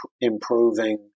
improving